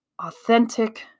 authentic